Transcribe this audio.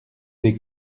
des